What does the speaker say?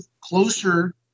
closer